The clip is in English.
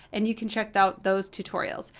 and you can check out those tutorials.